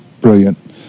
brilliant